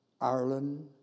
Ireland